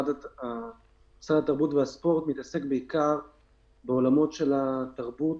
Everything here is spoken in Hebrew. משרד התרבות והספורט מתעסק בעיקר בעולם של התרבות